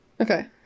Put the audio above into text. Okay